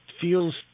feels